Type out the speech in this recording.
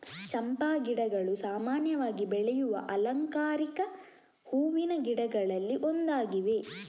ಚಂಪಾ ಗಿಡಗಳು ಸಾಮಾನ್ಯವಾಗಿ ಬೆಳೆಯುವ ಅಲಂಕಾರಿಕ ಹೂವಿನ ಗಿಡಗಳಲ್ಲಿ ಒಂದಾಗಿವೆ